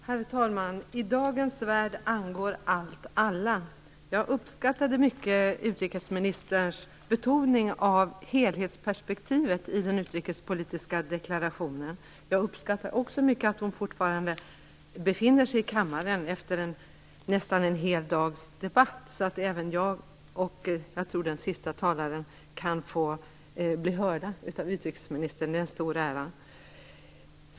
Herr talman! I dagens värld angår allt alla. Jag uppskattade mycket utrikesministerns betoning av helhetsperspektivet i den utrikespolitiska deklarationen. Jag uppskattar också mycket att hon fortfarande sitter kvar i kammaren efter nästan en hel dags debatt för att lyssna på mig och kanske även på den siste talaren. Det är en stor ära för mig.